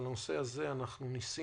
בנושא הזה ניסינו